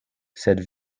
sed